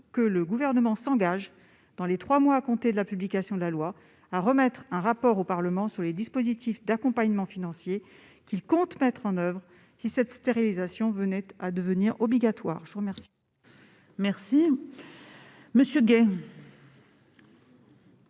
que le Gouvernement s'engage, dans les trois mois à compter de la publication de la loi, à remettre un rapport au Parlement sur les dispositifs d'accompagnement financier qu'il compte mettre en oeuvre si cette stérilisation venait à devenir obligatoire. La parole est à M. Fabien Gay,